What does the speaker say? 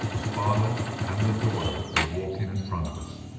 the father and the daughter were walking in front of us.